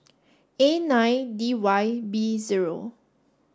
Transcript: A nine D Y B zero